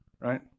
right